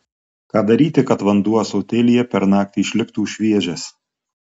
ką daryti kad vanduo ąsotėlyje per naktį išliktų šviežias